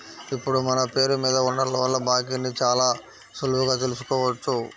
ఇప్పుడు మన పేరు మీద ఉన్న లోన్ల బాకీని చాలా సులువుగా తెల్సుకోవచ్చు